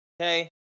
Okay